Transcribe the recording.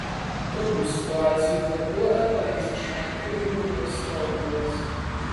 tokių situacijų vargu ar pavyks išvengti įvairiuos pobūviuos